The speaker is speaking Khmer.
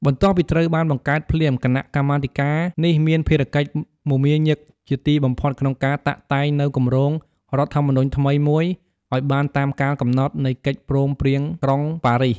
បន្ទាប់ពីត្រូវបានបង្កើតភ្លាម គណៈកម្មាធិការនេះមានភារកិច្ចមមាញឹកជាទីបំផុតក្នុងការតាក់តែងនូវគម្រោងរដ្ឋធម្មនុញ្ញថ្មីមួយឱ្យបានតាមកាលកំណត់ នៃកិច្ចព្រមព្រៀងក្រុងប៉ារីស។